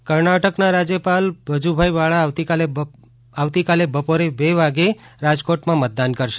CM મતદાન કર્ણાટકના રાજ્યપાલ વજુભાઇ વાળા આવતીકાલે બપોરે બે વાગ્યે રાજકોટમાં મતદાન કરશે